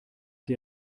der